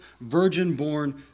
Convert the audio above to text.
virgin-born